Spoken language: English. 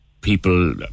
people